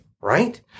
right